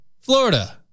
Florida